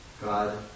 God